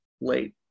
late